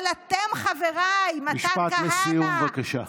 אבל אתם, חבריי, משפט לסיום, בבקשה.